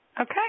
Okay